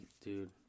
dude